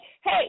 hey